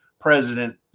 President